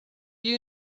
you